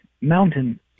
Mountain